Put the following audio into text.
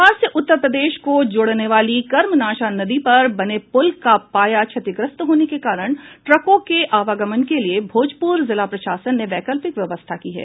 बिहार से उत्तर प्रदेश को जोड़ने वाली कर्मनाशा नदी पर बने पुल का पाया क्षतिग्रस्त होने के कारण ट्रकों के आवागमन के लिए भोजपुर जिला प्रशासन ने वैकल्पिक व्यवस्था की है